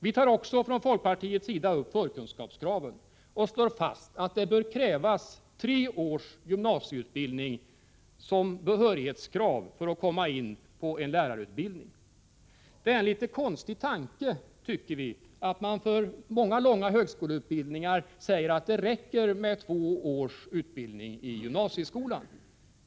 Vi tar också från folkpartiets sida upp förkunskapskraven och slår fast att det bör krävas tre års gymnasieutbildning som behörighet för att den studerande skall komma in på en lärarutbildning. Det är en litet konstig tanke att det för många långa högskoleutbildningar skulle räcka med två års utbildning i gymnasieskolan.